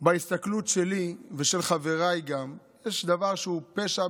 בהסתכלות שלי וגם של חבריי, יש דבר שהוא פשע